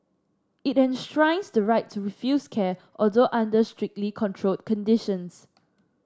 it enshrines the right to refuse care although under strictly controlled conditions